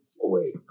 Wait